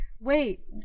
Wait